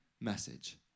message